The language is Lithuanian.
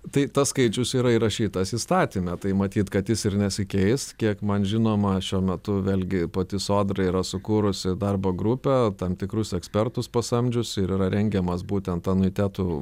tai tas skaičius yra įrašytas įstatyme tai matyt kad jis ir nesikeis kiek man žinoma šiuo metu vėlgi pati sodra yra sukūrusi darbo grupę tam tikrus ekspertus pasamdžius ir yra rengiamas būtent anuitetų